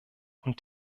und